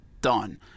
done